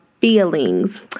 feelings